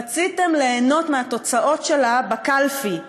רציתם ליהנות מהתוצאות שלה בקלפי.